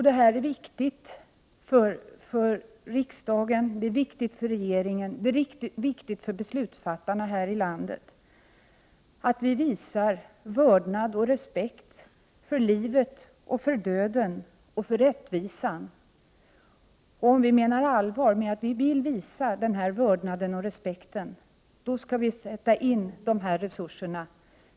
Det är viktigt för riksdagen, för regeringen och för beslutsfattare här i landet att vi visar vördnad och respekt för livet, för döden och för rättvisan. Om vi menar allvar med att vi vill visa den här vördnaden och respekten skall vi sätta in dessa resurser.